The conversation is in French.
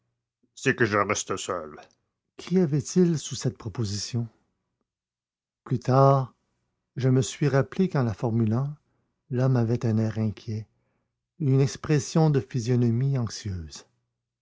c'est que je reste seul qu'y avait-il sous cette proposition plus tard je me suis rappelé qu'en la formulant l'homme avait un air inquiet une expression de physionomie anxieuse